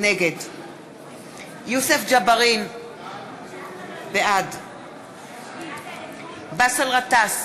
נגד יוסף ג'בארין, בעד באסל גטאס,